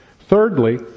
Thirdly